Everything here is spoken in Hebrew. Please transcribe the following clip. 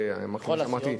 ושמעתי,